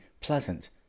pleasant